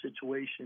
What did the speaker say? situation